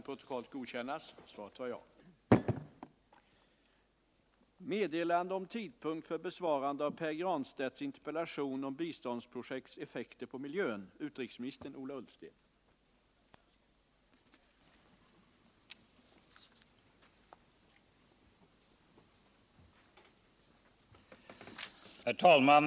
Herr talman!